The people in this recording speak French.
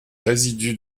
résidus